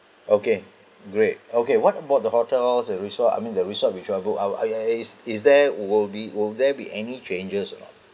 okay great okay what about the hotels the resort I mean the resort which I book out uh is there would be would there be any changes or not